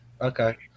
Okay